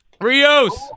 Rios